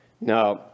Now